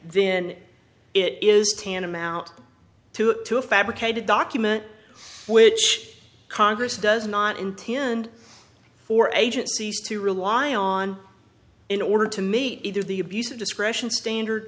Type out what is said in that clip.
then it is tantamount to a fabricated document which congress does not intend for agencies to rely on in order to meet either the abuse of discretion standard